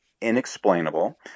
inexplainable